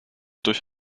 durch